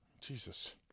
jesus